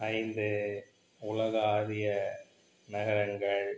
ஐந்து உலக ஆழிய நகரங்கள்